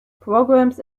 programs